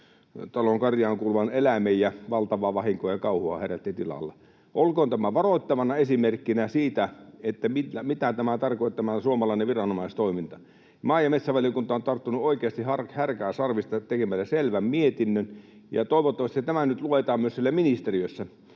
talon karjaan kuuluvan eläimen ja valtavaa vahinkoa ja kauhua herätti tilalla. Olkoon tämä varoittavana esimerkkinä siitä, mitä tämä suomalainen viranomaistoiminta tarkoittaa. Maa- ja metsävaliokunta on tarttunut oikeasti härkää sarvista tekemällä selvän mietinnön, ja toivottavasti tämä nyt luetaan myös siellä ministeriössä.